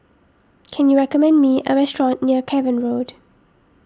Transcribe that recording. can you recommend me a restaurant near Cavan Road